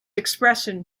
expression